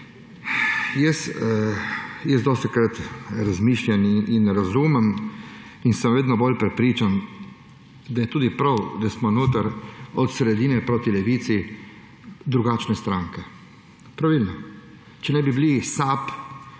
Jaz dostikrat razmišljam in razumem in sem vedno bolj prepričan, da je tudi prav, da smo notri od sredine proti levici drugačne stranke. Pravilno, če ne bi bili SAB